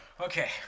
Okay